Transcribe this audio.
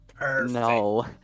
No